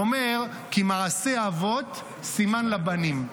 הוא אומר: כי מעשי אבות סימן לבנים.